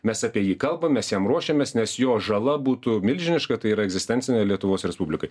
mes apie jį kalbamės jam ruošiamės nes jo žala būtų milžiniška tai yra egzistencinė lietuvos respublikai